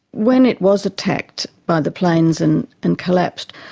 when it was attacked by the planes and and collapsed,